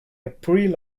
april